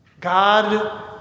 God